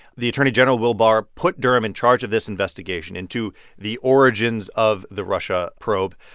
the attorney general, will barr, put durham in charge of this investigation into the origins of the russia probe.